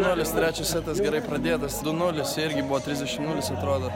nulis trečias setas gerai pradėtas du nulis irgi buvo trisdešim nulis atrodo